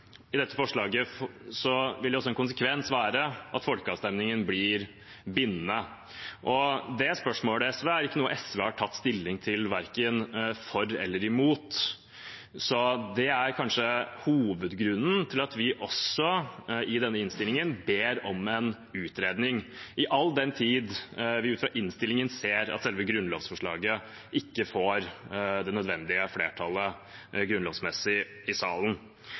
vil være at folkeavstemningen blir bindende. Det spørsmålet er ikke noe SV har tatt stilling til verken for eller imot, og det er kanskje hovedgrunnen til at vi i denne innstillingen ber om en utredning, all den tid vi ut fra innstillingen ser at selve grunnlovsforslaget ikke får det nødvendige flertallet grunnlovsmessig i salen.